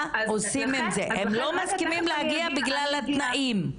הם לא מסכימים להגיע בגלל התנאים.